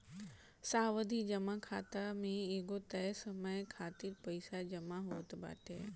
सावधि जमा खाता में एगो तय समय खातिर पईसा जमा होत बाटे